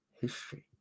history